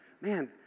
man